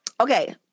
Okay